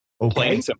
Okay